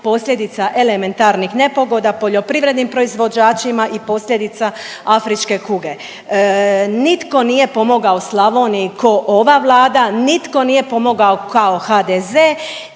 posljedica elementarnih nepogoda poljoprivrednim proizvođačima i posljedica afričke kuge. Nitko nije pomagao Slavoniji ko ova Vlada. Nitko nije pomogao kao HDZ.